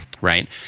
Right